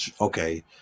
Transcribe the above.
okay